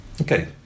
Okay